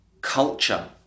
culture